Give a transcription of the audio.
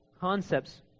concepts